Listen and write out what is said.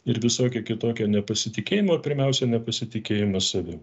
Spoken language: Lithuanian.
ir visokio kitokio nepasitikėjimo pirmiausia nepasitikėjimas savim